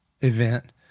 event